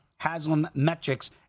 Haslammetrics